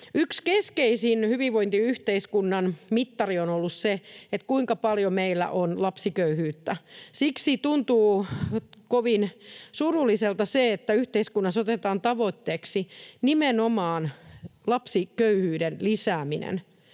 Yksi keskeisin hyvinvointiyhteiskunnan mittari on ollut se, kuinka paljon meillä on lapsiköyhyyttä. Siksi tuntuu kovin surulliselta, että yhteiskunnassa otetaan tavoitteeksi nimenomaan lapsiköyhyyden lisääminen.